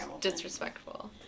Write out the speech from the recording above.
disrespectful